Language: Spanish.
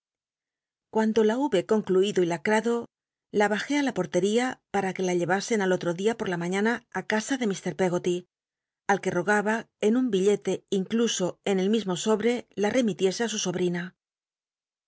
cunndo la hube concluido y lacrado la bajé la portel'ia para que la llcmsen al otro día por la mañana casa de iir peggoly al c ue rogaba en un billete incluso en el mismo sobre la remitiese á su